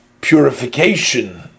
purification